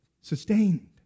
sustained